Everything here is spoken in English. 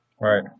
Right